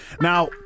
Now